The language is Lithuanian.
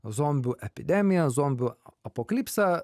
zombių epidemiją zombių apokalipsę